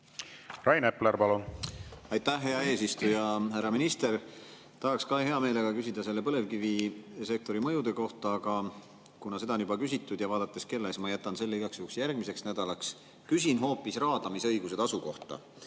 Rain Epler, palun! Aitäh, hea eesistuja! Härra minister! Tahaks ka hea meelega küsida põlevkivisektori mõjude kohta, aga kuna seda on juba küsitud ja vaadates ka kella, jätan ma selle [küsimuse] igaks juhuks järgmiseks nädalaks. Küsin hoopis raadamisõiguse tasu kohta.